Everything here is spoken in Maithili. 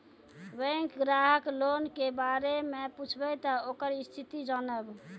बैंक ग्राहक लोन के बारे मैं पुछेब ते ओकर स्थिति जॉनब?